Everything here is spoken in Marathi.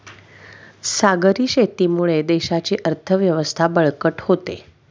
सागरी शेतीमुळे देशाची अर्थव्यवस्था बळकट होते